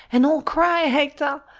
and all cry, hector!